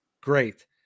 Great